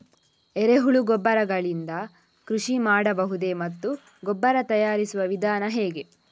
ಎರೆಹುಳು ಗೊಬ್ಬರ ಗಳಿಂದ ಕೃಷಿ ಮಾಡಬಹುದೇ ಮತ್ತು ಗೊಬ್ಬರ ತಯಾರಿಸುವ ವಿಧಾನ ಹೇಗೆ?